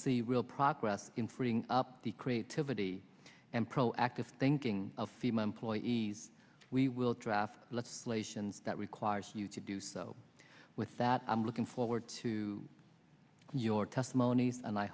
see real progress in freeing up the creativity and proactive thinking of female employees we will draft legislation that requires you to do so with that i'm looking forward to your testimony and i